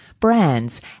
Brands